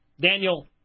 Daniel